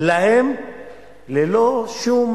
ללא שום